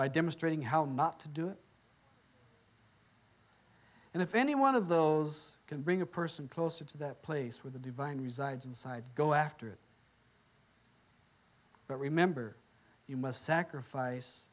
by demonstrating how much to do and if any one of those can bring a person closer to the place where the divine resides inside go after it but remember you must sacrifice